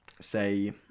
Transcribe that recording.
say